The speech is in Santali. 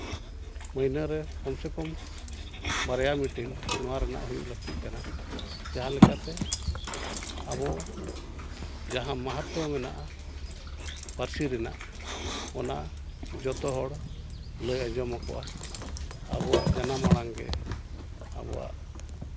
ᱢᱟᱹᱦᱱᱟᱹ ᱨᱮ ᱠᱚᱢ ᱥᱮ ᱠᱚᱢ ᱵᱟᱨᱭᱟ ᱢᱤᱴᱤᱝ ᱱᱚᱣᱟ ᱨᱮᱭᱟᱜ ᱦᱩᱭᱩᱜ ᱞᱟᱹᱠᱛᱤᱜ ᱠᱟᱱᱟ ᱡᱟᱦᱟᱸ ᱞᱮᱠᱟᱛᱮ ᱟᱵᱚ ᱡᱟᱦᱟᱸ ᱢᱟᱦᱟᱛᱛᱚ ᱢᱮᱱᱟᱜᱼᱟ ᱯᱟᱹᱨᱥᱤ ᱨᱮᱱᱟᱜ ᱚᱱᱟ ᱡᱚᱛᱚ ᱦᱚᱲ ᱞᱟᱹᱭ ᱟᱡᱚᱢ ᱟᱠᱚᱣᱟ ᱟᱵᱚᱣᱟᱜ ᱡᱟᱱᱟᱢ ᱟᱲᱟᱝ ᱜᱮ ᱟᱵᱚᱣᱟᱜ